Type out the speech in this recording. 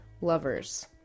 lovers